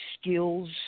skills